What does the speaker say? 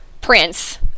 prince